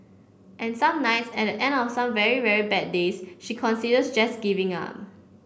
and some nights at the end of some very very bad days she considers just giving up